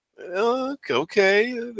okay